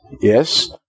Yes